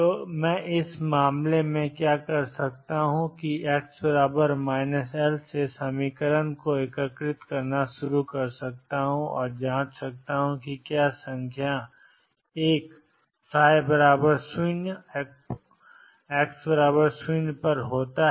तो मैं इस मामले में क्या कर सकता हूं कि x L से समीकरण को एकीकृत करना शुरू करें और जांचें कि क्या संख्या 1 0 x 0 पर है और x 0 पर शून्य नहीं है